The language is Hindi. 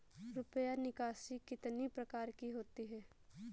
रुपया निकासी कितनी प्रकार की होती है?